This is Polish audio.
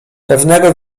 pewnego